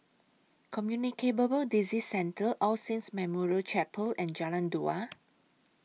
Disease Centre All Saints Memorial Chapel and Jalan Dua